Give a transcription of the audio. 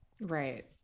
Right